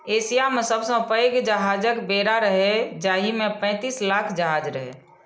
Asia मे सबसं पैघ जहाजक बेड़ा रहै, जाहि मे पैंतीस लाख जहाज रहै